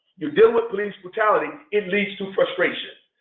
you're dealing with police brutality. it leads to frustration.